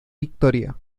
victoria